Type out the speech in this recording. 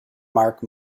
mark